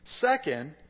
Second